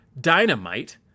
Dynamite